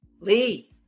Lee